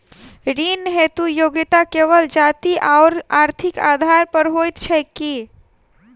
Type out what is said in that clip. ऋण हेतु योग्यता केवल जाति आओर आर्थिक आधार पर होइत छैक की?